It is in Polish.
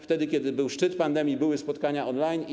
Wtedy kiedy był szczyt pandemii, były spotkania on-line.